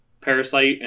parasite